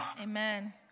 Amen